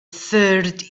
third